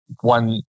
one